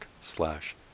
slash